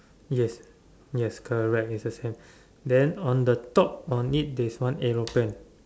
yes yes correct is the same then on the top on it there is one aeroplane